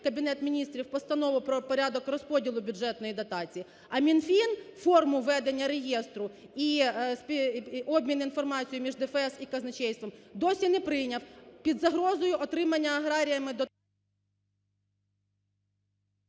Кабінет Міністрів Постанову про порядок розподілу бюджетної дотації, а Мінфін форму ведення реєстру і обмін інформацією між ДФС і казначейством досі не прийняв. Під загрозою отримання аграріями…